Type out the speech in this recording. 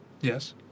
Yes